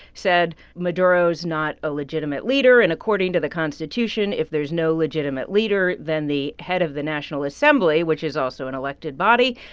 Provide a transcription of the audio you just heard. said maduro's not a legitimate leader. and according to the constitution, if there's no legitimate leader, then the head of the national assembly, which is also an elected body,